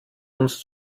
uns